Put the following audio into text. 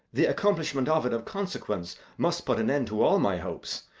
the accomplishment of it of consequence must put an end to all my hopes,